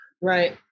Right